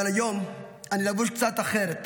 אבל היום אני לבוש קצת אחרת,